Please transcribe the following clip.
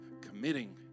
committing